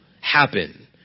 happen